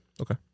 okay